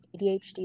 ADHD